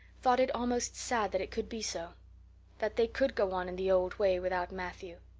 thought it almost sad that it could be so that they could go on in the old way without matthew.